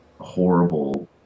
horrible